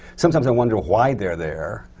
sometimes, i wonder why they're there.